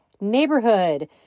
Neighborhood